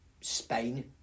Spain